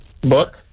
Book